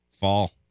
fall